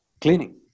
cleaning